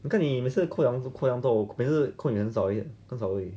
你看你每次扣这样多每次扣你很少而已很少而已